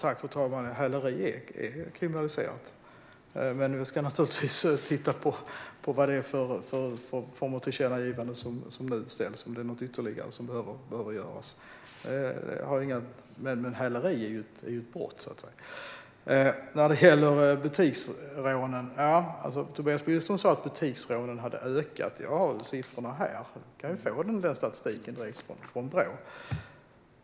Fru talman! Häleri är kriminaliserat. Häleri är ju ett brott. Men vi ska naturligtvis titta på tillkännagivandet och se om det är något ytterligare som behöver göras. Tobias Billström sa att butiksrånen hade ökat. Jag har ju siffrorna här. Han kan få statistiken direkt från Brå.